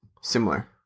Similar